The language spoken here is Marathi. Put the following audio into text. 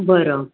बरं